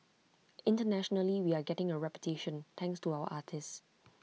internationally we're getting A reputation thanks to our artists